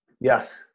Yes